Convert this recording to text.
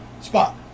Spot